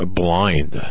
blind